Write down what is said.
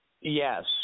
Yes